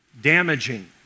damaging